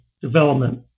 development